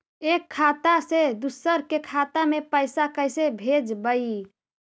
एक खाता से दुसर के खाता में पैसा कैसे भेजबइ?